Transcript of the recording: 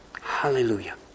Hallelujah